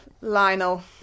Lionel